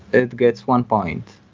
it gets one point,